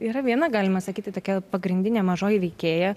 yra viena galima sakyti tokia pagrindinė mažoji veikėja